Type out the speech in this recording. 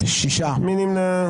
מי נמנע?